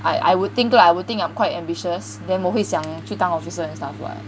I I would think lah I would think I'm quite ambitious then 我会想去当 officer and stuff [what]